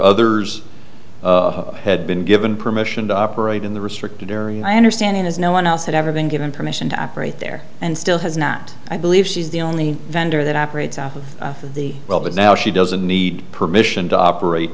others had been given permission to operate in the restricted area my understanding is no one else had ever been given permission to operate there and still has not i believe she's the only vendor that operates out of the well but now she doesn't need permission to operate